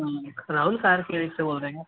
हम Rahul car garage से बोल रहे हैं